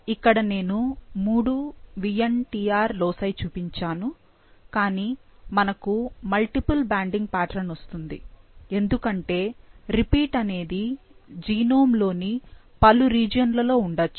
ఇక్కడ నేను మూడు VNTR లోసై చూపించాను కానీ మనకు మల్టిపుల్ బ్యాండింగ్ ప్యాట్రన్ వస్తుంది ఎందుకంటే రిపీట్ అనేది జీనోమ్ లోని పలు రీజియన్లలో ఉండొచ్చు